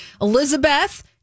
Elizabeth